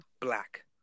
black